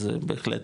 אז בהחלט,